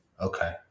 Okay